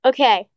Okay